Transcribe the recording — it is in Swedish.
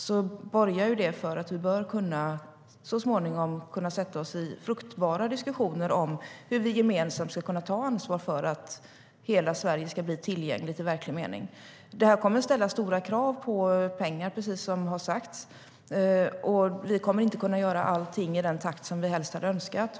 Det borgar för att vi så småningom bör kunna sätta oss i fruktbara diskussioner om hur vi gemensamt ska kunna ta ansvar för att hela Sverige ska bli tillgängligt i verklig mening. Det kommer att kräva mycket pengar, precis som har sagts, och vi kommer inte att kunna göra allt i den takt som vi helst hade önskat.